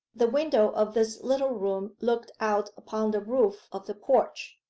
the window of this little room looked out upon the roof of the porch,